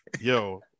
yo